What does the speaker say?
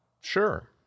Sure